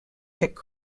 picked